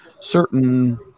certain